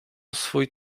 swój